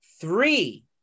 three